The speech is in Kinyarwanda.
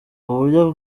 uburyo